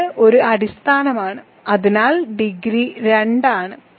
ഇത് ഒരു അടിസ്ഥാനമാണ് അതിനാൽ ഡിഗ്രി 2 ആണ്